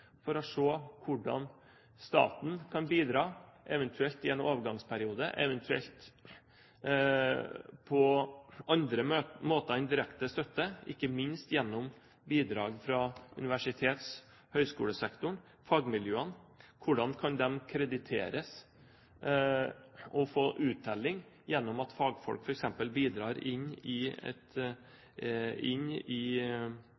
for å se hvordan staten kan bidra eventuelt i en overgangsperiode, eventuelt på andre måter enn direkte støtte – ikke minst gjennom bidrag fra universitets- og høyskolesektoren, fagmiljøene. Hvordan kan de krediteres og få uttelling gjennom at fagfolk f.eks. bidrar i